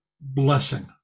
blessing